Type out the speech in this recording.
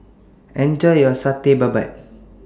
Enjoy your Satay Babat